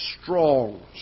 strong